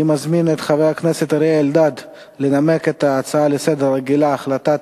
אני מזמין את חבר הכנסת אריה אלדד לנמק הצעה רגילה לסדר-היום,